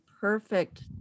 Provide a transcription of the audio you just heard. perfect